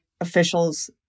officials